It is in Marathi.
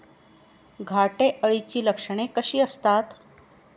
घाटे अळीची लक्षणे कशी असतात?